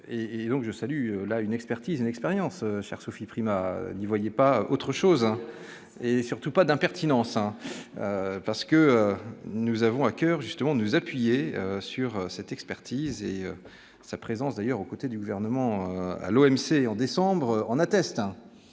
je salue la une expertise, une expérience chère Sophie Primas n'y voyez pas autre chose, et surtout pas d'impertinence à parce que nous avons à coeur justement nous appuyer sur cette expertise et sa présence d'ailleurs aux côtés du gouvernement à l'OMC en décembre, en atteste